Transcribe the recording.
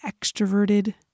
extroverted